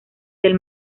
del